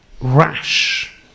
rash